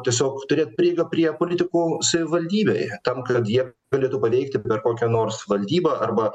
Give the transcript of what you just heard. tiesiog turėt prieigą prie politikų savivaldybėj tam kad jie galėtų paveikti per kokią nors valdybą arba